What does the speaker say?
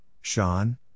Sean